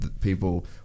people